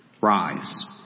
Rise